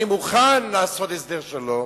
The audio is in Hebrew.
אני מוכן לעשות הסדר שלום,